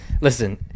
Listen